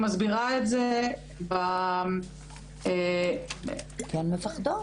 כי הן מפחדות.